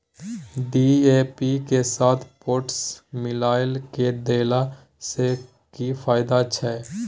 DAP के साथ potash मिललय के देला स की फायदा छैय?